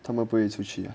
他们不会 sushi